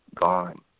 gone